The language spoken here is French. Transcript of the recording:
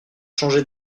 changer